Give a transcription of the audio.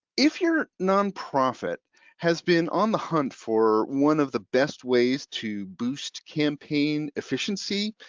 if your nonprofit has been on the hunt for one of the best ways to boost campaign efficiency,